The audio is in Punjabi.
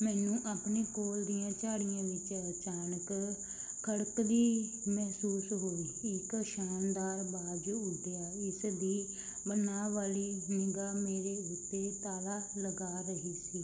ਮੈਨੂੰ ਆਪਣੇ ਕੋਲ ਦੀਆਂ ਝਾੜੀਆਂ ਵਿੱਚ ਅਚਾਨਕ ਖੜਕਦੀ ਮਹਿਸੂਸ ਹੋਈ ਇੱਕ ਸ਼ਾਨਦਾਰ ਬਾਜ਼ ਉੱਡਿਆ ਇਸ ਦੀ ਮਨਾਹ ਵਾਲੀ ਨਿਗ੍ਹਾ ਮੇਰੇ ਉੱਤੇ ਤਾਲਾ ਲਗਾ ਰਹੀ ਸੀ